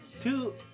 two